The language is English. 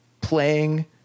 playing